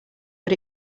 but